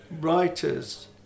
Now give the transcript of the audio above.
writers